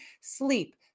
sleep